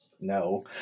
no